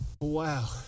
Wow